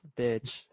bitch